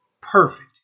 perfect